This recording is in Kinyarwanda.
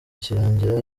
kirangira